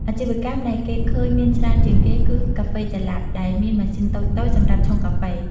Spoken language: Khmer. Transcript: អាជីវកម្មដែលគេឃើញមានច្រើនជាងគេគឺ កាហ្វេចល័ត ដែលមានម៉ាស៊ីនតូចៗសម្រាប់ឆុងកាហ្វេ។